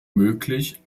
möglich